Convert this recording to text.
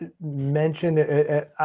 mentioned